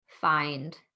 find